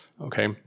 Okay